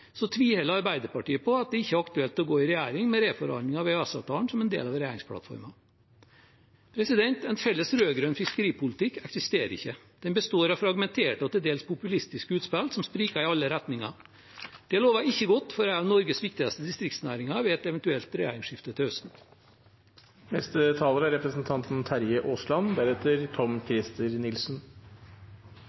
Arbeiderpartiet på at det ikke er aktuelt å gå i regjering med reforhandling av EØS-avtalen som en del av regjeringsplattformen. En felles rød-grønn fiskeripolitikk eksisterer ikke. Den består av fragmenterte og til dels populistiske utspill som spriker i alle retninger. Det lover ikke godt for en av Norges viktigste distriktsnæringer ved et eventuelt regjeringsskifte til høsten.